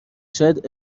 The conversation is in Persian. شاید